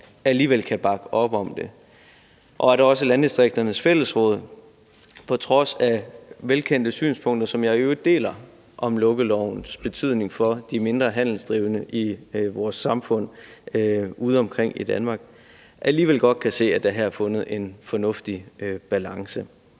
alligevel kan bakke op om det, og hvor også Landdistrikternes Fællesråd på trods af velkendte synspunkter, som jeg i øvrigt deler, om lukkelovens betydning for de mindre handelsdrivende i vores samfund udeomkring i Danmark alligevel godt kan se, at der her er fundet en fornuftig balance.